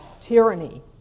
tyranny